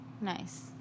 Nice